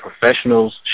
professionals